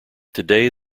today